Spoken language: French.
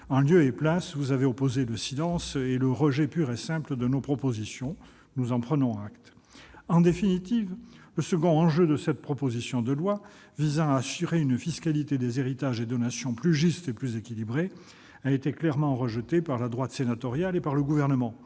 général : vous nous avez opposé le silence et le rejet pur et simple de nos propositions. Nous en prenons acte. En définitive, le deuxième enjeu de cette proposition de loi visant à assurer une fiscalité des héritages et donations plus juste et plus équilibrée a été clairement rejeté par la droite sénatoriale et par le Gouvernement.